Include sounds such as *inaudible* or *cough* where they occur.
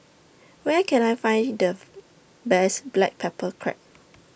Where Can I Find The *noise* Best Black Pepper Crab